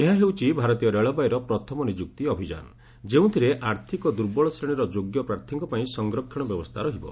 ଏହା ହେଉଛି ଭାରତୀୟ ରେଳବାଇର ପ୍ରଥମ ନିଯୁକ୍ତି ଅଭିଯାନ ଯେଉଁଥିରେ ଆର୍ଥକ ଦୁର୍ବଳ ଶ୍ରେଣୀର ଯୋଗ୍ୟ ପ୍ରାର୍ଥୀଙ୍କ ପାଇଁ ସଂରକ୍ଷଣ ବ୍ୟବସ୍ଥା ରହିବ